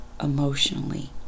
emotionally